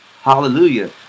Hallelujah